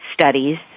studies